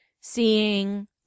seeing